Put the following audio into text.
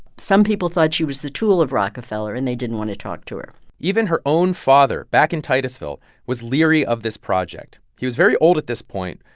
some people thought she was the tool of rockefeller, and they didn't want to talk to her even her own father back in titusville was leery of this project. he was very old at this point.